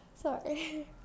Sorry